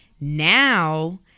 Now